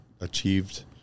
achieved